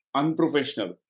unprofessional